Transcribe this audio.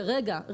כרגע,